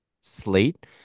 slate